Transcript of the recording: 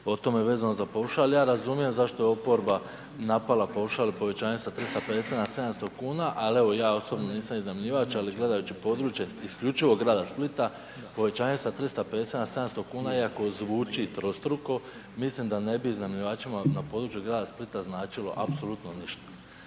o tome vezano za paušal, ja razumijem zašto je oporba napala paušal i povećanje s 350,00 na 700,00 kuna, al' evo ja osobno nisam iznajmljivač, ali gledajući područje isključivo Grada Splita povećanje sa 350,00 na 700,00 kuna, iako zvuči trostruko, mislim da ne bi iznajmljivačima na području Grada Splita značilo apsolutno ništa,